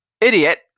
idiot